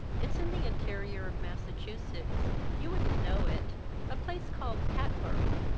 it's in the interior of massachusetts you wouldn't know it a place called hatboro'.